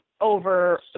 over